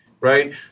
Right